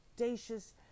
audacious